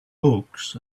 books